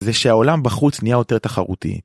זה שהעולם בחוץ נהיה יותר תחרותי.